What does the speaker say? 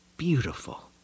beautiful